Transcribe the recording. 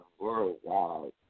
worldwide